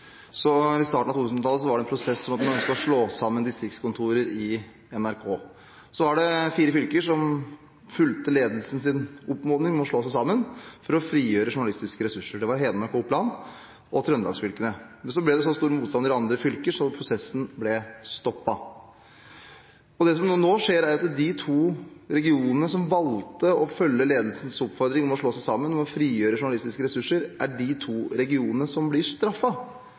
så ble det så stor motstand i de andre fylkene at prosessen ble stoppet. Det som nå skjer, er at de to regionene som valgte å følge ledelsens oppfordring om å slå seg sammen og frigjøre journalistiske ressurser, er de to regionene som blir